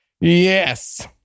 Yes